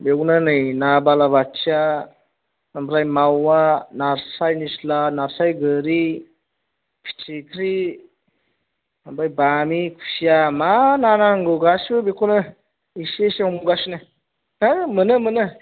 बेखौनो नै ना बालाबाथिआ ओमफ्राय मावआ नास्राय निस्ला नास्राय गोरि फिथिख्रि ओमफ्राय बामि खुसिया मा ना नांगौ गासिबो बेखौनो एसे एसे हमगासिनो हो मोनो मोनो